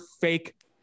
fake